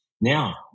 Now